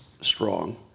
strong